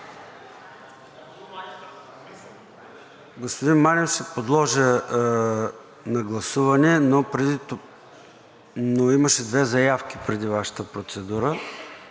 Господин Манев, ще я подложа на гласуване, но имаше две заявки преди Вашата процедура